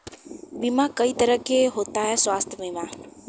बीमा कई तरह के होता स्वास्थ्य बीमा?